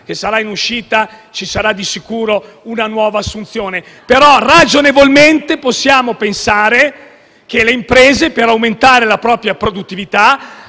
che sarà in uscita, ci sarà di sicuro una nuova assunzione, ma ragionevolmente possiamo pensare che le imprese per aumentare la propria produttività